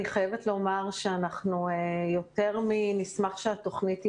אני חייבת לומר שאנחנו יותר מנשמח שהתוכנית תימשך.